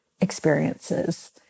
experiences